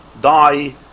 die